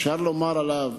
אפשר לומר עליו: